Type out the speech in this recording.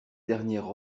dernier